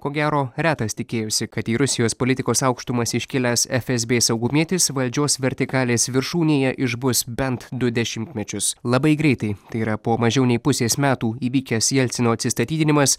ko gero retas tikėjosi kad į rusijos politikos aukštumas iškilęs efes bė saugumietis valdžios vertikalės viršūnėje išbus bent du dešimtmečius labai greitai tai yra po mažiau nei pusės metų įvykęs jelcino atsistatydinimas